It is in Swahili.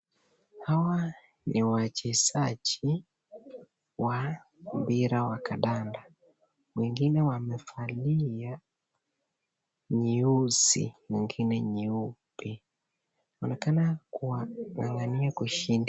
Hawa ni wachezaji wa mpira ya kandanda, wengine wamevalia nyeusi na wengine nyeupe. Wanaonekana kung'ang'ania kushinda.